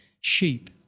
sheep